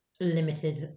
limited